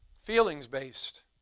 Feelings-based